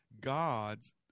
God's